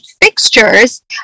fixtures